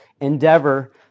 endeavor